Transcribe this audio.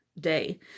day